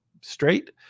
straight